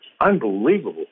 unbelievable